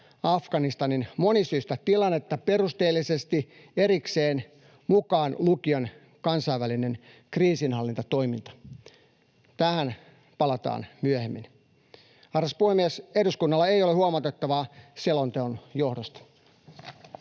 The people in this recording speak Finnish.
Afganistanin monisyistä tilannetta perusteellisesti erikseen, mukaan lukien kansainvälinen kriisinhallintatoiminta. Tähän palataan myöhemmin. Arvoisa puhemies! Eduskunnalla ei ole huomautettavaa selonteon johdosta.